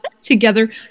together